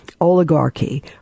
oligarchy